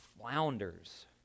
flounders